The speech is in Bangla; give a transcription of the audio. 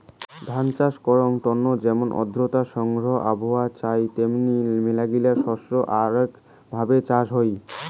ধান চাষ করাঙ তন্ন যেমন আর্দ্রতা সংগত আবহাওয়া চাই তেমনি মেলাগিলা শস্যের আরাক ভাবে চাষ হই